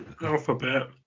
Alphabet